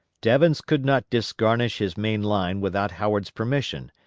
devens could not disgarnish his main line without howard's permission,